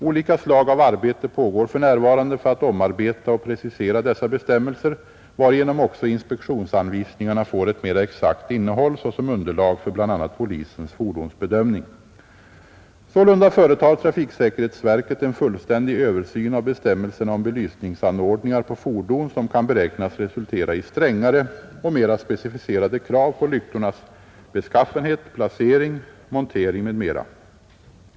Olika slag av arbete pågår för närvarande för att omarbeta och precisera dessa bestämmelser, varigenom också inspektionsanvisningarna får ett mera exakt innehåll såsom underlag för bl.a. polisens fordonsbedömning. Sålunda företar trafiksäkerhetsverket en fullständig översyn av bestämmelserna om belysningsanordningar på fordon, som kan beräknas resultera i strängare och mera specificerade krav på lyktornas beskaffenhet, placering, montering m.m.